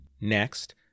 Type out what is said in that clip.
Next